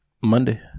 Monday